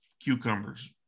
cucumbers